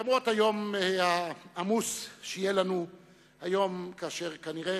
למרות היום העמוס שיהיה לנו היום, כאשר כנראה